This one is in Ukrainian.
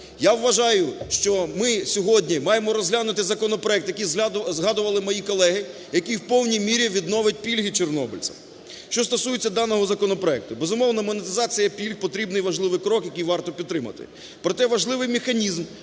Я вважаю, що ми сьогодні маємо розглянути законопроект, який згадували мої колеги, який в повній мірі відновить пільги чорнобильцям. Що стосується даного законопроекти, безумовно, монетизація пільг – потрібний і важливий крок, який варто підтримати. Проте, важливий механізм,